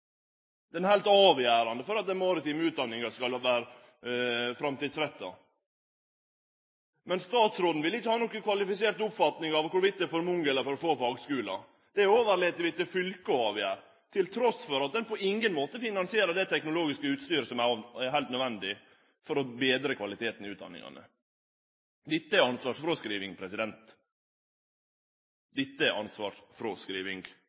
er heilt avgjerande for at den maritime utdanninga skal vere framtidsretta. Men statsråden vil ikkje ha noka kvalifisert oppfatning av om det er for mange eller for få fagskular. Det overlèt vi til fylka å avgjere, trass i at ein på ingen måte finansierer det teknologiske utstyret som er heilt nødvendig for å betre kvaliteten i utdanningane. Dette er ansvarsfråskriving.